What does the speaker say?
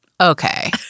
okay